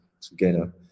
together